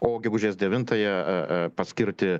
o gegužės devintąją paskirti